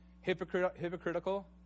hypocritical